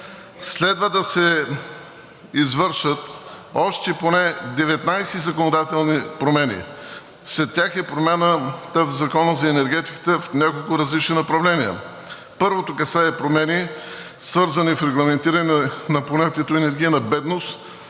Следва да се извършат още поне 19 законодателни промени. Сред тях е промяната в Закона за енергетиката в няколко различни направления. Първото касае промени, свързани с регламентиране на понятието енергийна бедност